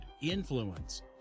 Influence